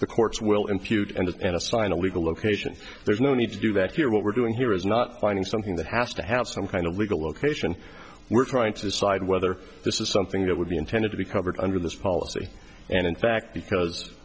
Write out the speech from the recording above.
the courts will impute and assign a legal location there's no need to do that here what we're doing here is not finding something that has to have some kind of legal location we're trying to decide whether this is something that would be intended to be covered under this policy and in fact because